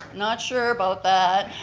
not sure about that,